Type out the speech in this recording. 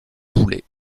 boulet